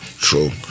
True